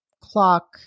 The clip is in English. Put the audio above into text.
clock